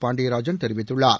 பாண்டியராஜன் தெரிவித்துள்ளார்